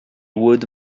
would